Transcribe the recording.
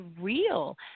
real